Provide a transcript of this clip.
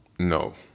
no